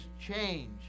change